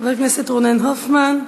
חבר הכנסת רונן הופמן,